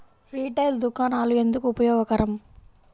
Retail దుకాణాలు ఎందుకు ఉపయోగకరం?